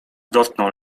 dotknął